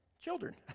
Children